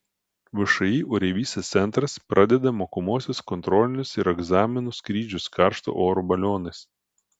všį oreivystės centras pradeda mokomuosius kontrolinius ir egzaminų skrydžius karšto oro balionais